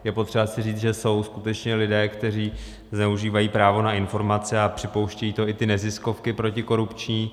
Je potřeba si říct, že jsou skutečně lidé, kteří zneužívají právo na informace, a připouštějí to i ty neziskovky protikorupční.